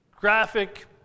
Graphic